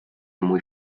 muy